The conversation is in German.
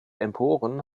emporen